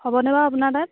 হ'বনে বাৰু আপোনাৰ তাত